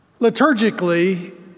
Liturgically